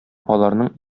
аларның